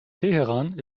teheran